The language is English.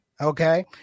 Okay